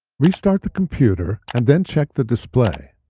restart the computer, and then check the display.